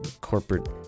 corporate